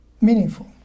Meaningful